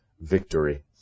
victory